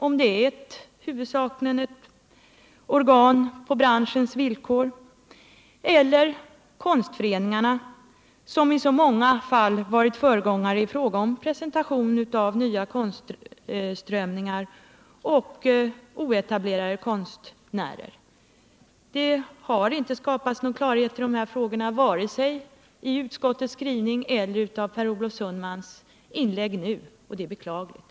Är det enligt hans mening huvudsakligen ett organ som fungerar på branschens villkor? Vad anser han om konstföreningarna, som i så många fall varit föregångare i fråga om presentation av nya konstströmningar och oetablerade konstnärer. Det har inte skapats någon klarhet i dessa frågor vare sig i utskottets skrivning eller i Per Olof Sundmans inlägg här, och det är beklagligt.